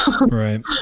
Right